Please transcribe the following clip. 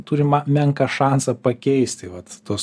turimą menką šansą pakeisti vat tuos